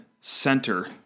center